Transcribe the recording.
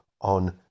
on